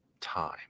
time